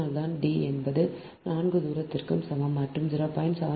அதனால்தான் D என்பது 4 சதுரத்திற்கு சமம் மற்றும் 0